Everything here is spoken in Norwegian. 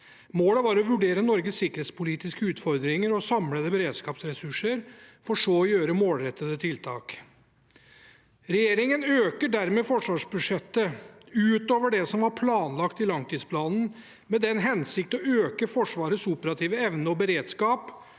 Målet var å vurdere Norges sikkerhetspolitiske utfordringer og samlede beredskapsressurser, for så å gjøre målrettede tiltak. Regjeringen øker dermed forsvarsbudsjettet utover det som var planlagt i langtidsplanen, med den hensikt å øke Forsvarets operative evne og beredskap.